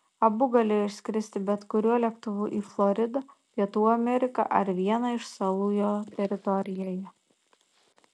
abu galėjo išskristi bet kuriuo lėktuvu į floridą pietų ameriką ar vieną iš salų jo teritorijoje